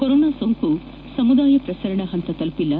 corona ಸೋಂಕು ಸಮುದಾಯ ಪ್ರಸರಣ ಹಂತ ತಲುಪಿಲ್ಲ